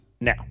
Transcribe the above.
Now